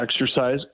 exercise